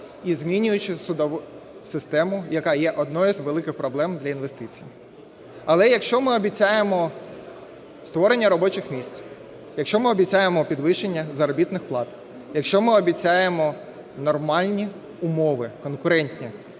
і змінюючи судову систему, яка однією з великих проблем для інвестицій. Але, якщо ми обіцяємо створення робочих місць, якщо ми обіцяємо підвищення заробітних плат, якщо ми обіцяємо нормальні умови конкурентні,